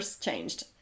changed